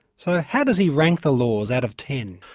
so how does he rank the laws out of ten?